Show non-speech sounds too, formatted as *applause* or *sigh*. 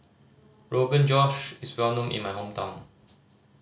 Rogan Josh is well known in my hometown *noise*